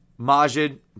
Majid